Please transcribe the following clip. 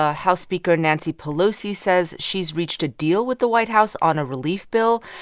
ah house speaker nancy pelosi says she's reached a deal with the white house on a relief bill.